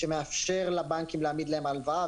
שמאפשר לבנקים להעמיד להם הלוואה,